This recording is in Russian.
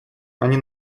они